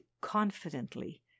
confidently